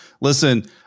Listen